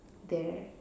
there